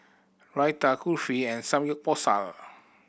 Raita Kulfi and Samgyeopsal